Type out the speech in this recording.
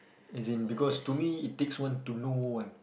as in because to me it takes one to know one